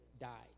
died